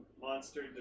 monster